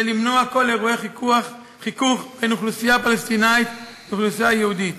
למנוע כל אירוע חיכוך בין אוכלוסייה פלסטינית לאוכלוסייה יהודית